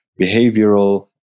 behavioral